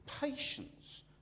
patience